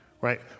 right